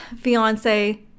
fiance